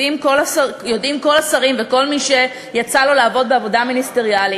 יודעים כל השרים וכל מי שיצא לו לעבוד בעבודה מיניסטריאלית,